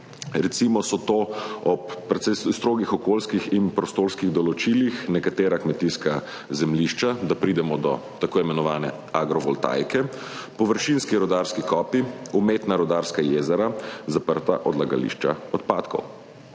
recimo ob precej strogih okoljskih in prostorskih določilih nekatera kmetijska zemljišča, da pridemo do tako imenovane agrovoltaike, površinski rudarski kopi, umetna rudarska jezera, zaprta odlagališča odpadkov.